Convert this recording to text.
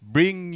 Bring